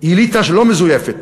אליטה שהיא לא מזויפת,